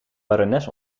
barones